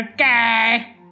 okay